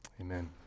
Amen